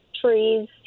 trees